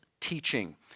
teaching